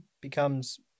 becomes